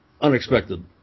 unexpected